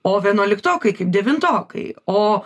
o vienuoliktokai kaip devintokai o